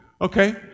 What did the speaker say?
Okay